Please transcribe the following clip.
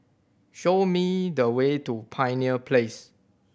show me the way to Pioneer Place